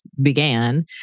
began